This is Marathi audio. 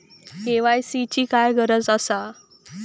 के.वाय.सी ची काय गरज आसा?